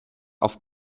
auf